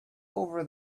over